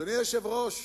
אדוני היושב-ראש,